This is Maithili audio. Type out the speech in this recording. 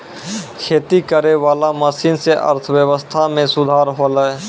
खेती करै वाला मशीन से अर्थव्यबस्था मे सुधार होलै